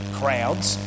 crowds